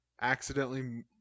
accidentally